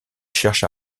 cherche